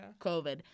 COVID